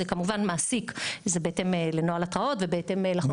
כמובן מעסיק זה בהתאם לנוהל התראות ובהתאם --- מה